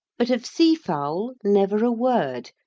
but of seafowl never a word,